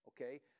Okay